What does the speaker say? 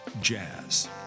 jazz